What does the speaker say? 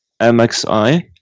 MXI